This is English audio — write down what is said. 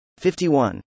51